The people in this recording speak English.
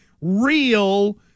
real